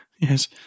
yes